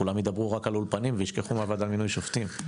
כולם ידברו רק על האולפנים וישכחו על וועדת מינוי שופטים,